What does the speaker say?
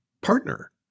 partner